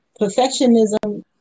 perfectionism